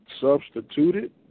substituted